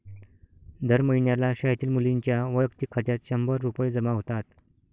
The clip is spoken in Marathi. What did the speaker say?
दर महिन्याला शाळेतील मुलींच्या वैयक्तिक खात्यात शंभर रुपये जमा होतात